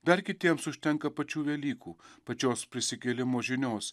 dar kitiems užtenka pačių velykų pačios prisikėlimo žinios